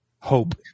Hope